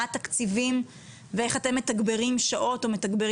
מה התקציבים ואיך אתם מתגברים שעות או מתגברים